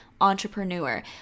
entrepreneur